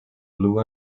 blue